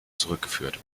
zurückgeführt